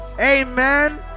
Amen